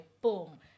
boom